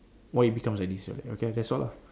why it becomes like this right okay that's all lah